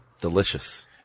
Delicious